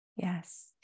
Yes